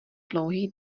dlouhý